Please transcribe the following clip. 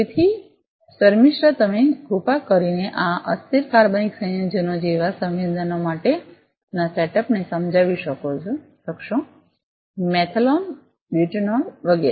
તેથી શમિષ્ઠા તમે કૃપા કરીને અસ્થિર કાર્બનિક સંયોજનો જેવા સંવેદના માટેના સેટઅપને સમજાવી શકશો મેથેનોલ બ્યુટેનોલ વગેરે